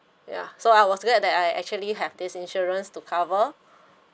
ya so I was glad that I actually have this insurance to cover